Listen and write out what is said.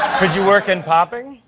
could you work in popping?